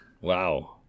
Wow